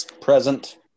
Present